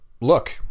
Look